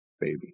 baby